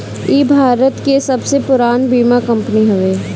इ भारत के सबसे पुरान बीमा कंपनी हवे